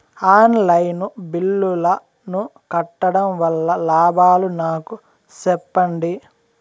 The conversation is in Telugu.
ఆన్ లైను బిల్లుల ను కట్టడం వల్ల లాభాలు నాకు సెప్పండి?